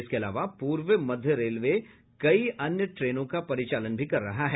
इसके अलावा पूर्व मध्य रेलवे कई अन्य ट्रेनों का परिचालन कर रहा है